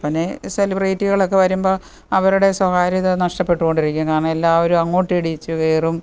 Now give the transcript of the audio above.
പിന്നെ സെലിബ്രേറ്റികളൊക്കെ വരുമ്പോള് അവരുടെ സ്വകാര്യത നഷ്ടപ്പെട്ടുകൊണ്ടിരിക്കുന്നു കാരണം എല്ലാവരും അങ്ങോട്ടിടിച്ചു കയറും